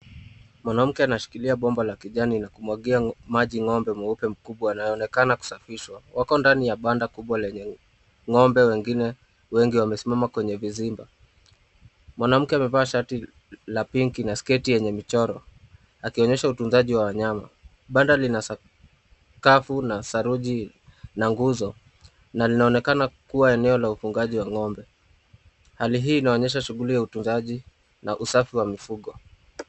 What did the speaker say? Mwanake anashikilia bomba la kijani na kumwagia maji ng'ombe mweupe mkubwa anayeonekana kusafishwa, wako ndani ya banda kubwa lenye ng'ombe wengine wengi wamesimama kwenye vizimba, mwanamke amevaa shirt la pink na sketi yenye michoro akionyesha utunzaji wa wanyama, banda lina sakafu, na saruji na nguzo, na linaonekana kuwa eneo la ufugaji wa ng'ombe, hali hii inaonyesha shughuli ya utunzaji na usafi wa mifugo.